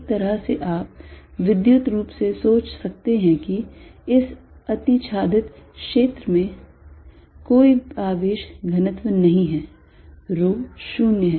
एक तरह से आप विद्युत रूप से सोच सकते हैं कि इस अतिछादित क्षेत्र में भी कोई आवेश घनत्व नहीं है rho 0 है